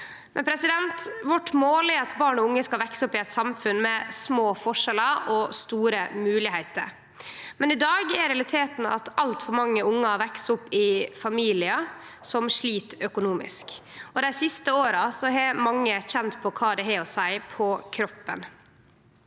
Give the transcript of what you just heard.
Vårt mål er at barn og unge skal vekse opp i eit samfunn med små forskjellar og store moglegheiter, men i dag er realiteten at altfor mange ungar veks opp i familiar som slit økonomisk. Dei siste åra har mange kjent på kroppen